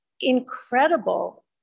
incredible